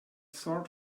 sort